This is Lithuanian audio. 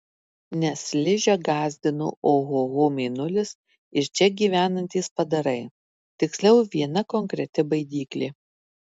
nes ližę gąsdino ohoho mėnulis ir čia gyvenantys padarai tiksliau viena konkreti baidyklė